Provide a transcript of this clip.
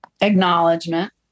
Acknowledgement